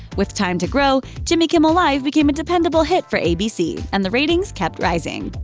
with time to grow, jimmy kimmel live! became a dependable hit for abc, and the ratings kept rising.